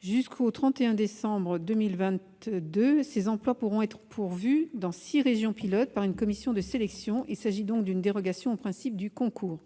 Jusqu'au 31 décembre 2022, ces emplois pourront être pourvus, dans six régions pilotes, par une commission de sélection ; il s'agit donc d'une dérogation au principe du concours.